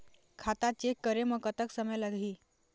खाता चेक करे म कतक समय लगही?